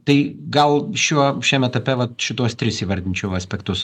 tai gal šiuo šiame etape vat šituos tris įvardinčiau aspektus